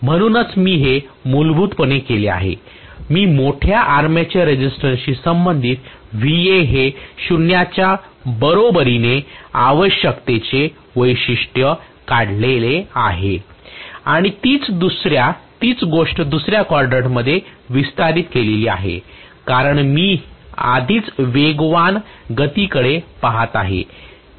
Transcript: म्हणूनच मी हे मूलभूतपणे केले आहे मी मोठ्या आर्मेचर रेझिस्टन्सशी संबंधित हे 0 च्या बरोबरीने आवश्यकतेचे वैशिष्ट्य काढले आहे आणि तीच गोष्ट दुसऱ्या quadrant मध्ये विस्तारित केली आहे कारण मी आधीच वेगवान गतीकडे पहात आहे